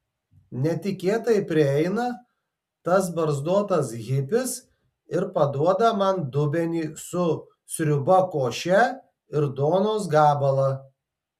netikėtai prieina tas barzdotas hipis ir paduoda man dubenį su sriuba koše ir duonos gabalą